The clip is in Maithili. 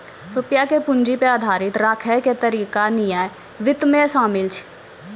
रुपया के पूंजी पे आधारित राखै के तरीका निकाय वित्त मे शामिल छै